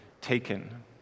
taken